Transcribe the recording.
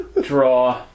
Draw